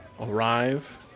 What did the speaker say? arrive